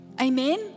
Amen